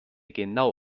genau